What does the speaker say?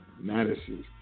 Madison